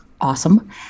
awesome